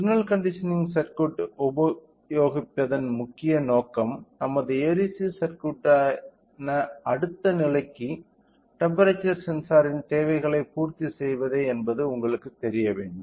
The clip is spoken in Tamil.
சிக்னல் கண்டிஷனிங் சர்க்யூட் உபயோகிப்பதன் முக்கிய நோக்கம் நமது ADC சர்க்யூட்டான அடுத்த நிலைக்கு டெம்ப்பெரேச்சர் சென்சாரின் தேவைகளைப் பூர்த்தி செய்வதே என்பது உங்களுக்குத் தெரிய வேண்டும்